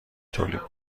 تولید